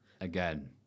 again